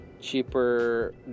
cheaper